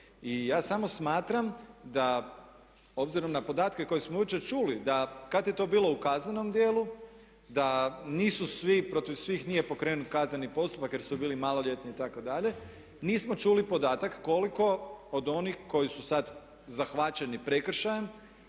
Ja samo smatram da obzirom na podatke koje smo jučer čuli da kad je to bilo u kaznenom djelu da nisu svi protiv svih nije pokrenut kazneni postupak jer su bili maloljetni itd. nismo čuli podatak koliko od onih koji su sad zahvaćeni prekršajem